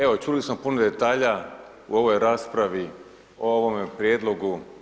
Evo, čuli smo puno detalja u ovoj raspravi, o ovome prijedlogu.